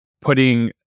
putting